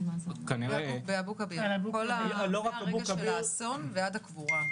בשלב שמהאסון ועד הקבורה,